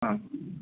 आम्